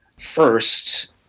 First